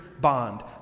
bond